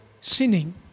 sinning